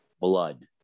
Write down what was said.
blood